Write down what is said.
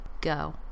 go